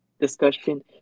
discussion